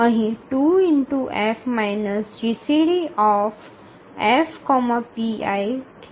અહીં ૨F GCD F pi ઠીક છે